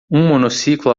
monociclo